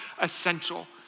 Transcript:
essential